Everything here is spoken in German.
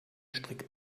strick